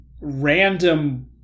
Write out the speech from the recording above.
random